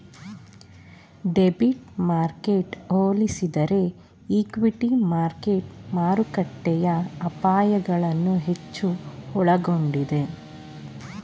debit ಮಾರ್ಕೆಟ್ಗೆ ಹೋಲಿಸಿದರೆ equity market ಮಾರುಕಟ್ಟೆಯ ಅಪಾಯಗಳನ್ನು ಹೆಚ್ಚು ಒಳಗೊಂಡಿದೆ